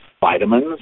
vitamins